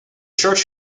church